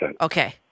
Okay